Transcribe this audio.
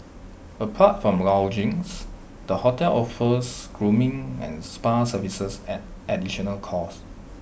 apart from lodgings the hotel offers grooming and spa services at additional cost